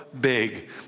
big